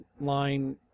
line